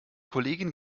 kollegin